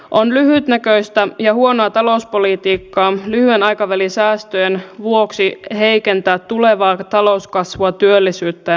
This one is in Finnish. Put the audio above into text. on lyhytnäköistä ja huonoa talouspolitiikkaa lyhyen aikavälin säästöjen vuoksi heikentää tulevaa talouskasvua työllisyyttä ja menestystä